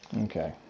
Okay